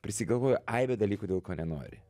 prisigalvoji aibę dalykų dėl ko nenori